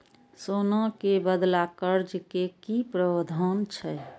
सोना के बदला कर्ज के कि प्रावधान छै?